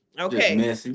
Okay